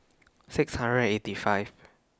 six hundred and eighty five